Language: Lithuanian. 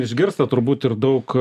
išgirstat turbūt ir daug